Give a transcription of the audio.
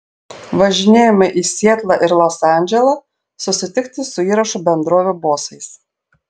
važinėjome į sietlą ir los andželą susitikti su įrašų bendrovių bosais